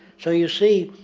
so you see,